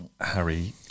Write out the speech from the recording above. harry